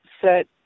set